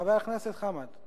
חבר הכנסת חמד,